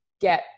get